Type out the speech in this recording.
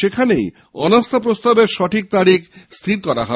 সেখানেই অনাস্থা প্রস্তাবের তারিখ স্থির করা হবে